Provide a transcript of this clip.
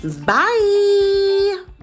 Bye